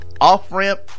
off-ramp